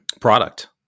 product